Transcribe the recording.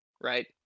right